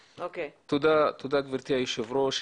תודה, גברתי היושבת ראש.